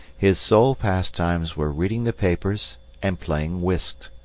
his sole pastimes were reading the papers and playing whist.